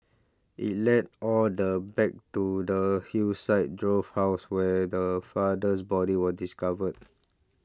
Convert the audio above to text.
it led all the back to the Hillside Drove house where the father's body were discovered